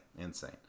Insane